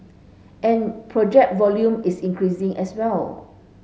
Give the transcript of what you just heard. and project volume is increasing as well